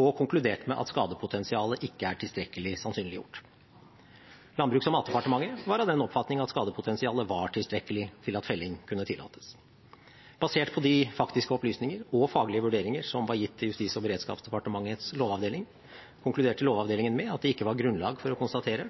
og konkludert med at skadepotensialet ikke er tilstrekkelig sannsynliggjort. Landbruks- og matdepartementet var av den oppfatning at skadepotensialet var tilstrekkelig til at felling kunne tillates. Basert på de faktiske opplysninger og faglige vurderinger som var gitt til Justis- og beredskapsdepartementets lovavdeling, konkluderte lovavdelingen med at det ikke var grunnlag for å konstatere